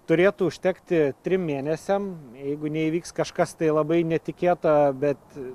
turėtų užtekti trim mėnesiam jeigu neįvyks kažkas tai labai netikėta bet